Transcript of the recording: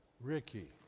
Ricky